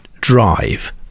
drive